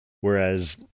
whereas